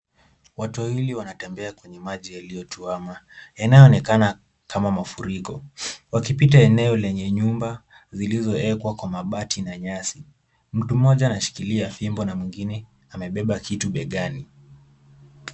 Watu wawili wanatembea kwenye maji yaliyotuama. Yanaonekana kama mafuriko. Wakipita eneo lenye nyumba, zilizozeekwa, kwa mabati na nyasi. Mtu mmoja anashikilia fimbo na mwingine amebeba kitu begani.